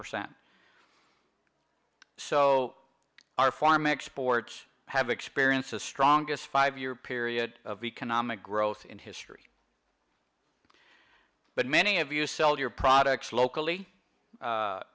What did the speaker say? percent so our farm exports have experienced the strongest five year period of economic growth in history but many of you sell your products locally